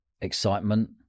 excitement